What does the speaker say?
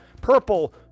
purple